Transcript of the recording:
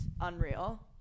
unreal